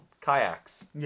kayaks